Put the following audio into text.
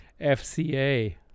FCA